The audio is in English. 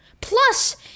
Plus